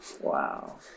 Wow